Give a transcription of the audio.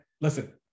listen